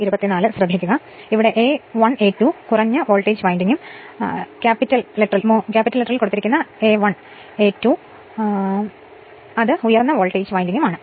അതിനാൽ 1 a 2 low voltage വിൻഡിംഗും മൂലധനം A 1 ക്യാപിറ്റൽ A 2 ഉം ഉയർന്ന വോൾട്ടേജ് വിൻഡിംഗ് ആണ്